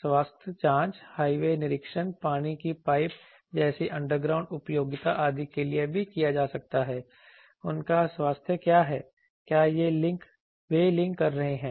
स्वास्थ्य जांच हाईवे निरीक्षण पानी की पाइप जैसी अंडरग्राउंड उपयोगिता आदि के लिए भी किया जाता है उनका स्वास्थ्य क्या है क्या वे लिंक कर रहे हैं